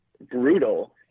brutal